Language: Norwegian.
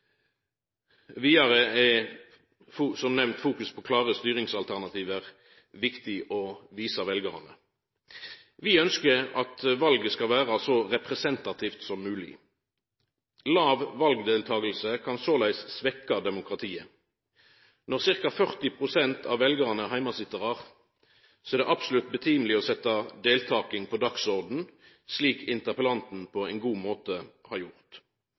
klare styringsalternativ viktig å visa veljarane. Vi ønskjer at valet skal vera så representativt som mogleg. Låg valdeltaking kan såleis svekkja demokratiet. Når ca. 40 pst. av veljarane er heimesitjarar, er det absolutt på tide å setja deltaking på dagsordenen, slik interpellanten på ein god måte har gjort.